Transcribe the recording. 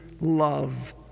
love